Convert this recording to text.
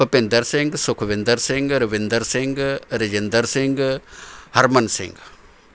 Bhupinder Singh Sukhwinder Singh Ravinder Singh Rajinder Singh Harman Singh